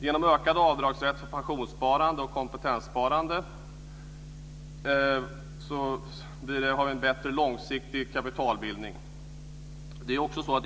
Genom ökad avdragsrätt för pensionssparande och kompetenssparande blir det en långsiktigt bättre kapitalbildning.